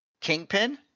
kingpin